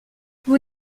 vous